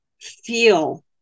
feel